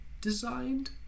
designed